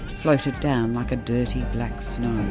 floated down like a dirty black snow.